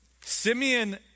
Simeon